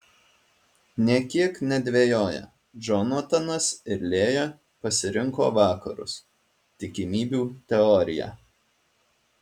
nė kiek nedvejoję džonatanas ir lėja pasirinko vakarus tikimybių teoriją